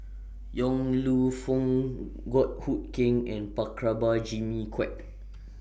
Yong Lew Foong Goh Hood Keng and Jimmy Quek